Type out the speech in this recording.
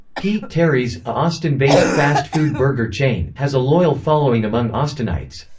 p. terry's, a austin-based fast food burger chain, has a loyal following among austinites.